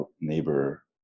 neighbor